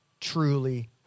truly